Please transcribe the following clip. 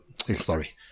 Sorry